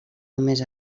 només